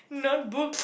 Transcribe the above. not books